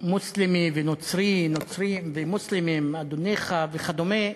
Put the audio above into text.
מוסלמי ונוצרי, נוצרים ומוסלמים, אדוניך וכדומה,